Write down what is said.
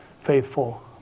faithful